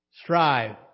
Strive